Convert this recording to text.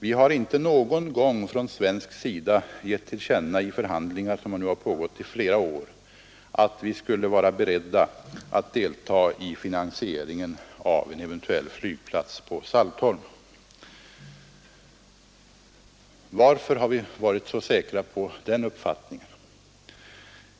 Vi har inte någon gång från svensk sida givit till känna i förhandlingar, som nu pågått i flera år, att vi skulle vara beredda att delta i finansieringen av en eventuell flygplats på Saltholm. Varför har vi varit så säkra i den uppfattningen?